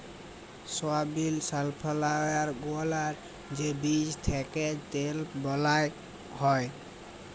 সয়াবিল, sunflower গুলার যে বীজ থ্যাকে তেল বালাল হ্যয়